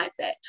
mindset